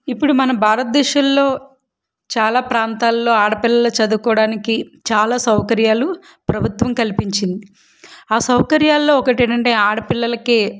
ఇప్పుడు మన భారతదేశంలో చాలా ప్రాంతాల్లో ఆడపిల్లలు చదువుకోవడానికి చాలా సౌకర్యాలు ప్రభుత్వం కల్పించింది ఆ సౌకర్యాలల్లో ఒకటేంటంటే ఆడపిల్లలకి